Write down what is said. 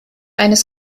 eines